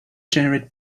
generate